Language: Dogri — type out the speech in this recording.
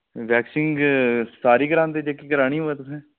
वैक्सिंग सारी करांदे जेह्की करानी होऐ तुसें